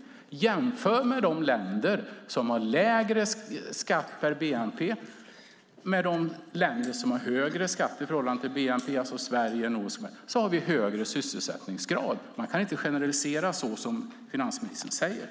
Om man jämför med de länder som har lägre skatt i förhållande till bnp med de länder som har högre skatt i förhållande till bnp, alltså Sverige och andra nordiska länder, har vi högre sysselsättningsgrad. Man kan inte generalisera såsom finansministern gör.